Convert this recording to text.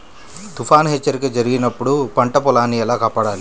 తుఫాను హెచ్చరిక జరిపినప్పుడు పంట పొలాన్ని ఎలా కాపాడాలి?